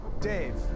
Dave